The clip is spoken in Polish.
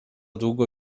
długo